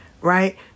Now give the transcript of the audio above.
right